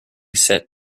set